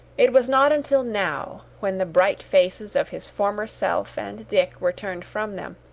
it was not until now, when the bright faces of his former self and dick were turned from them,